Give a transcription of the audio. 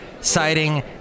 citing